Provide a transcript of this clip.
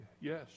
Yes